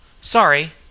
Sorry